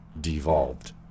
devolved